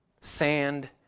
Sand